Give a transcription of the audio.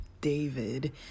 David